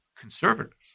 conservatives